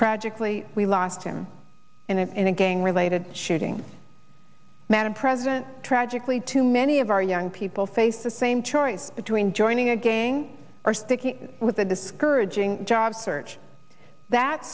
tragically we lost him in a in a gang related shooting madam president tragically too many of our young people face the same choice between joining a gang or sticking with a discouraging job search that